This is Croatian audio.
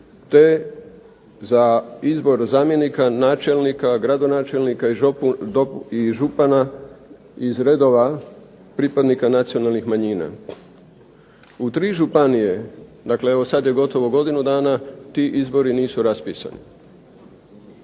te za izbor načelnika, gradonačelnika i župana iz redova pripadnika nacionalnih manjina. U tri županije, dakle evo sada je gotovo godinu tada, ti izbori nisu raspisani